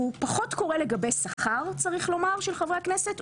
הוא פחות קורה לגבי שכר של חברי הכנסת צריך לומר,